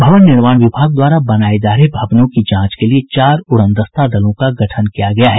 भवन निर्माण विभाग द्वारा बनाये जा रहे भवनों की जांच के लिये चार उड़नदस्ता दलों का गठन किया गया है